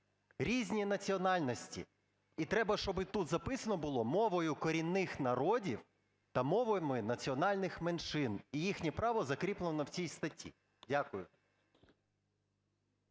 різні національності. І треба, щоб тут записано було: мовою корінних народів та мовами національних меншин, і їхнє право закріплено в цій статті. Дякую.